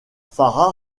sarah